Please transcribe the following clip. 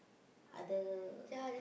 other